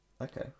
Okay